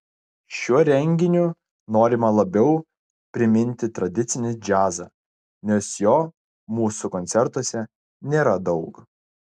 šiuo renginiu norima labiau priminti tradicinį džiazą nes jo mūsų koncertuose nėra daug